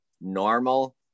normal